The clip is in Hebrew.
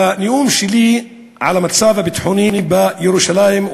בנאום שלי על המצב הביטחוני בירושלים,